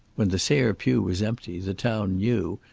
when the sayre pew was empty, the town knew,